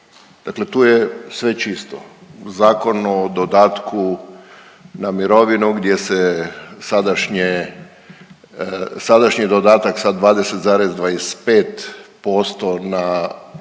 Dakle, tu je sve čisto. Zakon o dodatku na mirovinu, gdje se sadašnji dodatak sa 20,25 posto na